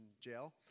jail